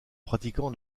pratiquant